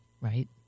right